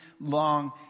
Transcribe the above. long